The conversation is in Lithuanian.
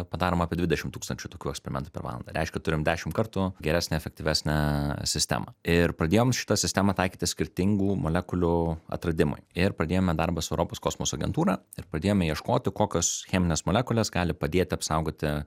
padaroma apie dvidešim tūkstančių tokių eksperimentų per valandą reiškia turim dešimt kartų geresnę efektyvesnę sistemą ir pradėjom šitą sistemą taikyti skirtingų molekulių atradimui ir pradėjome darbą su europos kosmoso agentūra ir pradėjome ieškoti kokios cheminės molekulės gali padėt apsaugoti